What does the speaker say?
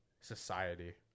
society